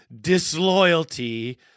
disloyalty